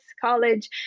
College